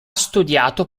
studiato